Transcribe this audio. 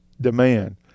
demand